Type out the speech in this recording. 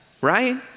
right